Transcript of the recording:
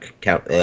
Count